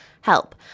help